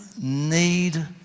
need